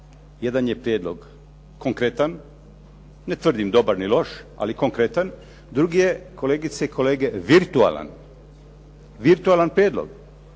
Jedan je prijedlog konkretan, ne tvrdim ni dobar i loš ali konkretan. Drugi je kolegice i kolege virtualan prijedlog,